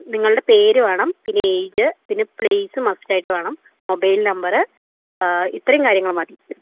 നിങ്ങളുടെ പേര് വേണം പിന്നെ ഏജ് പിന്നെ പ്ലേസ് മസ്റ്റായിട്ട് വേണം മൊബൈൽ നമ്പറ് ഇത്രയും കാര്യങ്ങൾ മതി